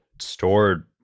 stored